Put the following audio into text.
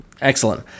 Excellent